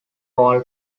paul